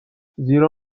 زیرا